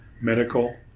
medical